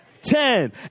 Ten